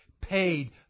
paid